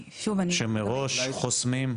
שוב, אני --- שמראש חוסמים?